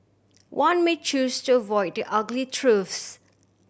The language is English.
one may choose to avoid the ugly truths